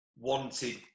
wanted